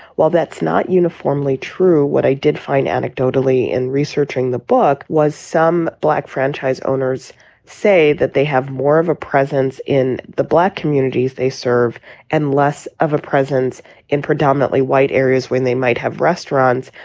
while that's not uniformly true, what i did find anecdotally in researching the book was some black franchise owners say that they have more of a presence in the black communities they serve and less of a presence in predominantly white areas when they might have restaurants,